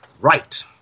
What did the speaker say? Right